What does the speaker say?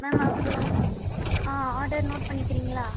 ma'am அப்புறம் order note பண்ணிக்கிறீங்களா